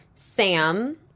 Sam